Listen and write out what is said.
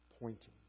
pointing